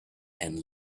and